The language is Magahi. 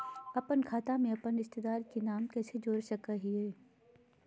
अपन खाता में अपन रिश्तेदार के नाम कैसे जोड़ा सकिए हई?